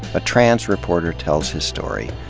a trans reporter tells his story,